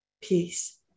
Peace